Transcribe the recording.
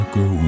go